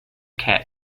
cat